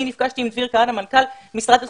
אני נפגשתי עם דביר כהנא, מנכ"ל משרד התפוצות,